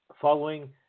Following